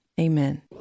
Amen